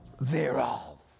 thereof